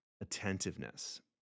attentiveness